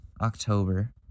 October